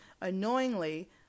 annoyingly